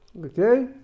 okay